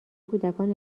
کودکان